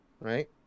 right